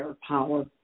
power